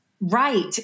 Right